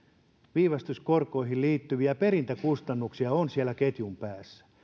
viivästyskorkoihin liittyviä perintäkustannuksia on siellä ketjun päässä